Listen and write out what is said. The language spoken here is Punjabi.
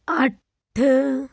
ਅੱਠ